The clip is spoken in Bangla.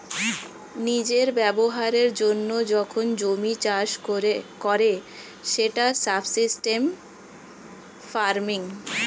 নিজের ব্যবহারের জন্য যখন জমি চাষ করে সেটা সাবসিস্টেন্স ফার্মিং